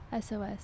SOS